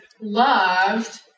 loved